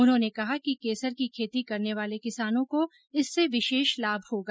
उन्होंने कहा कि केसर की खेती करने वाले किसानों को इससे विशेष लाभ होगा